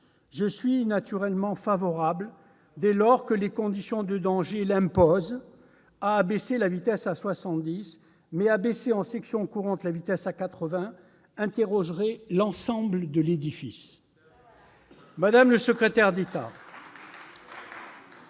Je suis naturellement favorable, dès lors que les conditions de danger l'imposent, à abaisser la vitesse à 70, »... Évidemment !...« mais abaisser en section courante la vitesse à 80 interrogerait l'ensemble de l'édifice. » Voilà ! Madame le secrétaire d'État,